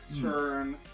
turn